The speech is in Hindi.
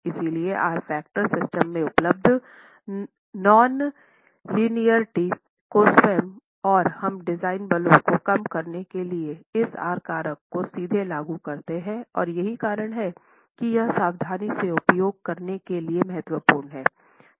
इसलिए R फैक्टर सिस्टम में उपलब्ध नॉन लीनियरिटी को स्वयं और हम डिजाइन बलों को कम करने के लिए इस आर कारक को सीधे लागू करते हैं और यही कारण है कि यह सावधानी से उपयोग करने के लिए महत्वपूर्ण है